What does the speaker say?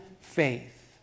faith